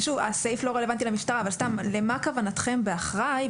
הסעיף לא רלוונטי למשטרה אבל אני שואלת למה כוונתכם באחראי,